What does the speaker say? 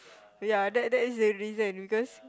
ya that that's the reason because